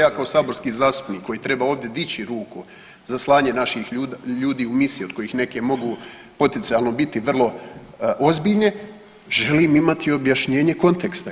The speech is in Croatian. Ja kao saborski zastupnik koji treba ovdje dići ruku za slanje naših ljudi u misije od kojih neke mogu potencijalno biti vrlo ozbiljne želim imati objašnjenje konteksta.